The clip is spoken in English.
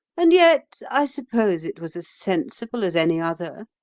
and yet, i suppose it was as sensible as any other.